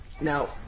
Now